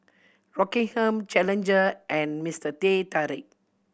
Rockingham Challenger and Mister Teh Tarik